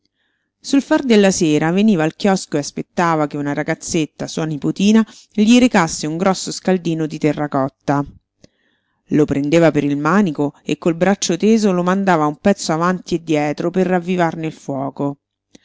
sul far della sera veniva al chiosco e aspettava che una ragazzetta sua nipotina gli recasse un grosso scaldino di terracotta lo prendeva per il manico e col braccio teso lo mandava un pezzo avanti e dietro per ravvivarne il fuoco